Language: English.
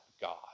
God